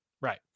right